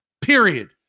period